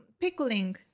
pickling